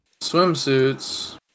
swimsuits